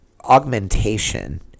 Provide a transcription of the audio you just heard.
augmentation